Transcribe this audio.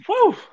Woo